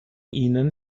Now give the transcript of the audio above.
ihnen